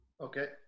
Okay